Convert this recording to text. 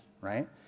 right